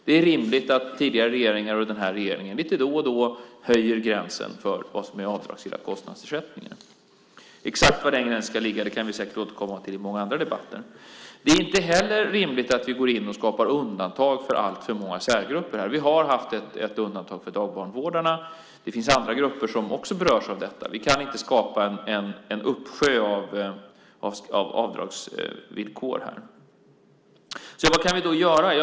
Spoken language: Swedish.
Det är rimligt att tidigare regeringar och den här regeringen lite då och då höjer gränsen för vad som är avdragsgilla kostnadsersättningar. Exakt var den gränsen ska ligga kan vi säkert återkomma till i många andra debatter. Det är inte heller rimligt att vi går in och skapar undantag för alltför många särgrupper. Vi har haft ett undantag för dagbarnvårdarna. Det finns andra grupper som också berörs av detta. Vi kan inte skapa en uppsjö av avdragsvillkor. Vad kan vi då göra?